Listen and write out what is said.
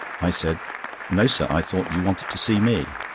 i said no, sir, i thought you wanted to see me!